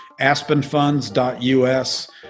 aspenfunds.us